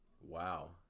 Wow